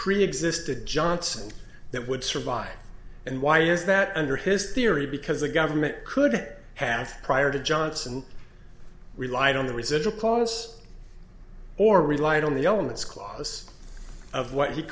preexisted johnson that would survive and why is that under his theory because the government could have prior to johnson relied on the residual clause or relied on the elements clause of what he